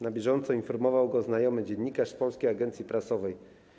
Na bieżąco informował go znajomy dziennikarz z Polskiej Agencji Prasowej.